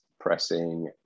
pressing